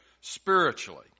spiritually